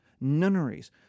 nunneries